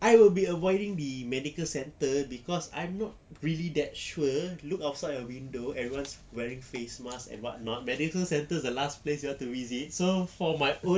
I will be avoiding the medical centre cause I'm not really that sure look outside the window and everyone's wearing face mask and whatnot medical centres the last place you want to visit so for my own